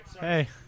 hey